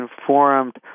informed